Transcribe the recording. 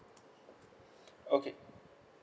okay